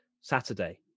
Saturday